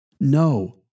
No